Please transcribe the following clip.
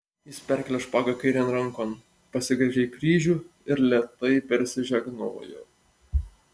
jis perkėlė špagą kairėn rankon pasigręžė į kryžių ir lėtai persižegnojo